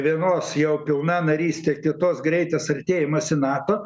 vienos jau pilna narystė kitos greitas artėjimas į nato